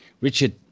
Richard